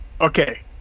Okay